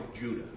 Judah